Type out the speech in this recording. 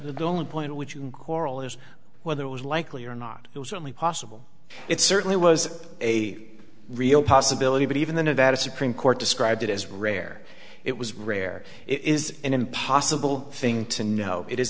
the only point which you oral is whether it was likely or not it was certainly possible it certainly was a real possibility but even then of that a supreme court described it as rare it was rare it is an impossible thing to know it is